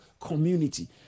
community